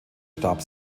starb